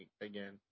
again